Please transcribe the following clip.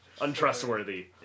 Untrustworthy